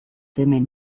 hemen